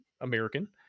american